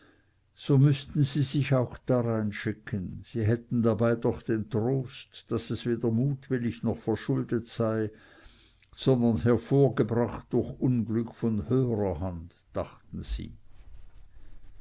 so müßten sie sich auch darein schicken sie hätten dabei doch den trost daß es weder mutwillig noch verschuldet sei sondern hervorgebracht durch unglück von höherer hand dachten sie